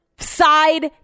side